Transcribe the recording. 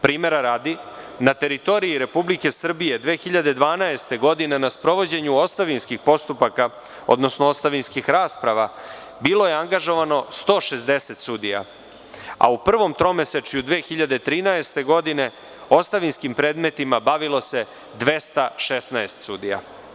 Primera radi, na teritoriji Republike Srbije 2012. godine na sprovođenju ostavinskih postupaka, odnosno ostavinskih rasprava, bilo je angažovano 160 sudija, a u prvom tromesečju 2013. godine ostavinskim predmetima bavilo se 216 sudija.